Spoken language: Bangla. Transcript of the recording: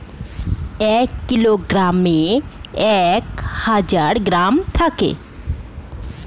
এক কিলোগ্রামে এক হাজার গ্রাম থাকে